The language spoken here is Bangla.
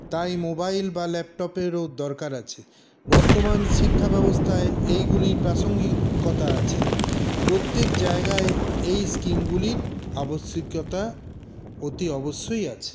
তাই মোবাইল বা ল্যাপটপেরও দরকার আছে বর্তমান শিক্ষাব্যবস্থায় এইগুলি প্রাসঙ্গিকতা আছে প্রত্যেক জায়গায় এই স্কিমগুলির আবশ্যিকতা অতি অবশ্যই আছে